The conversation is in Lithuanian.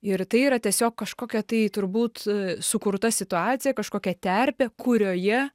ir tai yra tiesiog kažkokia tai turbūt sukurta situacija kažkokia terpė kurioje